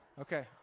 Okay